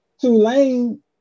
Tulane